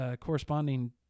corresponding